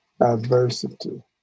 adversity